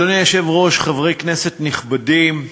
אדוני היושב-ראש, חברי כנסת נכבדים,